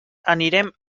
anirem